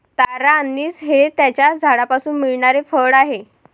तारा अंनिस हे त्याच्या झाडापासून मिळणारे फळ आहे